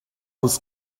was